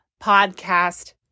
podcast